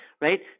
right